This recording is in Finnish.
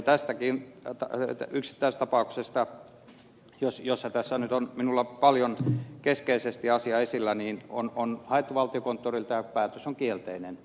tästäkin yksittäistapauksesta josta paljolti johtuen tässä nyt on minulla keskeisesti asia esillä on haettu valtiokonttorilta ja päätös on kielteinen